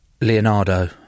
Leonardo